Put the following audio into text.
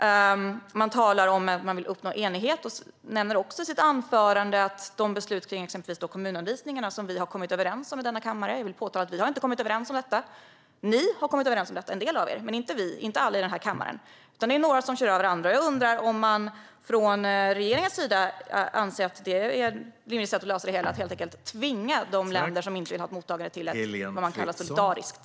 Statsrådet talar om att man vill uppnå enighet och nämner också i sitt anförande de beslut om exempelvis kommunanvisningarna som vi har kommit överens om i denna kammare. Jag vill påpeka att vi inte har kommit överens om detta; ni har kommit överens, en del av er, men inte vi, inte alla i denna kammare. Det är några som kör över andra. Jag undrar om man från regeringens sida anser att det är så det hela ska lösas - att helt enkelt tvinga de länder som inte vill ha ett mottagande till något som man kallar solidariskt.